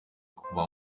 kwa